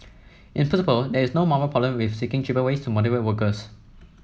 in principle there is no moral problem with seeking cheaper ways to motivate workers